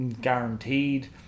guaranteed